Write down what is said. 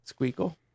Squeakle